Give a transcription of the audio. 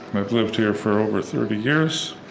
i've lived here for over thirty years.